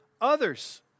others